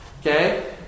Okay